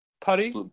Putty